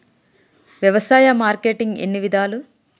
వ్యవసాయ మార్కెటింగ్ ఎన్ని విధాలు?